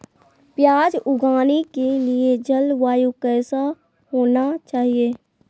प्याज उगाने के लिए जलवायु कैसा होना चाहिए?